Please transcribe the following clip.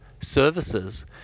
services